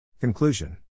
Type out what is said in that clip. Conclusion